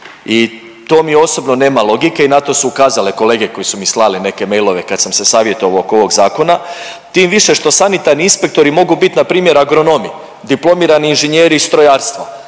i to mi osobno nema logike i na to su ukazale kolege koji su mi slali neke mailove kad sam se savjetovao oko ovog Zakona, tim više što sanitarni inspektori mogu biti, npr. agronomi, diplomirani inženjeri strojarstva,